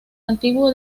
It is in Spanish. antiguo